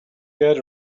get